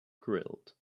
grilled